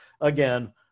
again